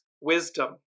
Wisdom